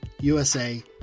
USA